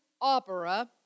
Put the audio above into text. opera